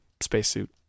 spacesuit